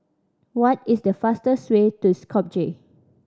what is the fastest way to Skopje